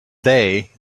day